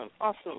awesome